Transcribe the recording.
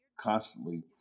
constantly